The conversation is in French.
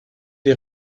des